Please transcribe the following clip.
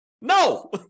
No